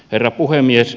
herra puhemies